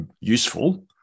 useful